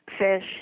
fish